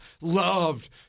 loved